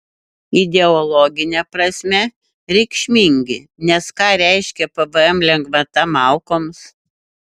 ideologine prasme reikšmingi nes ką reiškia pvm lengvata malkoms